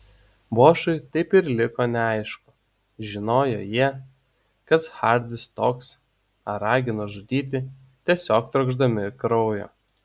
bošui taip ir liko neaišku žinojo jie kas hardis toks ar ragino žudyti tiesiog trokšdami kraujo